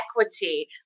equity